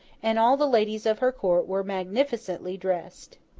and all the ladies of her court were magnificently dressed.